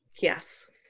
Yes